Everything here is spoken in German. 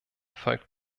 folgt